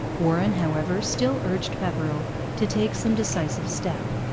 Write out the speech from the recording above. warren, however, still urged pepperrell to take some decisive step.